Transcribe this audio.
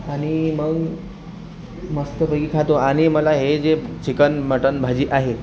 आणि मग मस्तपैकी खातो आणि मला हे जे चिकन मटन भाजी आहे